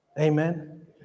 amen